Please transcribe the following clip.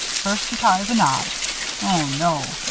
first you ties a knot oh, no!